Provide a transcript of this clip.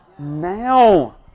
Now